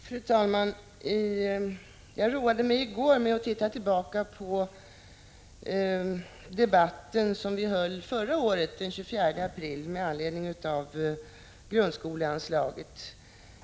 Fru talman! Jag roade mig i går med att titta tillbaka på den debatt som vi höll den 24 april förra året om grundskoleanslaget.